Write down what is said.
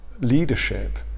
leadership